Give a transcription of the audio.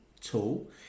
tool